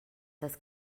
das